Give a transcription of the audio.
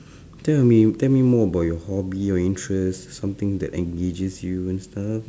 tell me tell me more about your hobby your interests s~ something that engages you and stuff